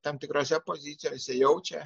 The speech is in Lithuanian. tam tikrose pozicijose jaučia